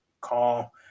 call